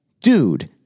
dude